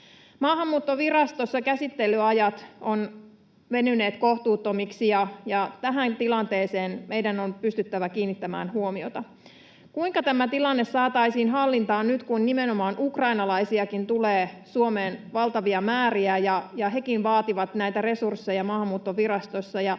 Maahanmuuttovirastossa käsittelyajat ovat venyneet kohtuuttomiksi, ja tähän tilanteeseen meidän on pystyttävä kiinnittämään huomiota. Kuinka tämä tilanne saataisiin hallintaan nyt, kun nimenomaan ukrainalaisiakin tulee Suomeen valtavia määriä ja hekin vaativat näitä resursseja Maahanmuuttovirastossa?